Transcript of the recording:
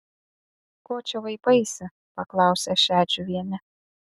ko čia vaipaisi paklausė šedžiuvienė